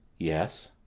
yes.